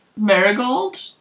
Marigold